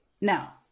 Now